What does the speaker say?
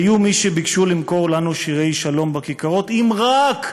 היו מי שביקשו למכור לנו שירי שלום בכיכרות אם רק,